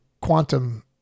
quantum